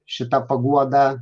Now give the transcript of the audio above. šita paguoda